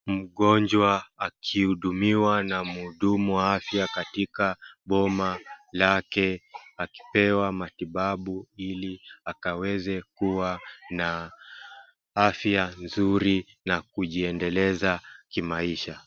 Mgonjwa akihudumiwa na mhudumu wa afya katika boma lake akipewa matibabu ili akaweze kuwa na afya nzuri na kujiendeleza kimaisha.